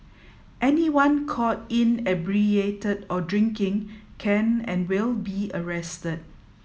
anyone caught inebriated or drinking can and will be arrested